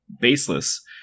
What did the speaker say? baseless